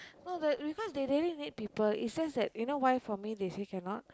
no they because they really need people it's just that you know why for me they say cannot